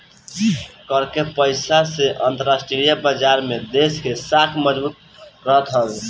कर के पईसा से अंतरराष्ट्रीय बाजार में देस के साख मजबूत रहत हवे